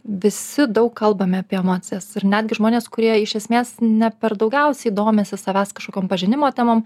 visi daug kalbame apie emocijas ir netgi žmonės kurie iš esmės ne per daugiausiai domisi savęs kažkokiom pažinimo temom